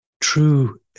True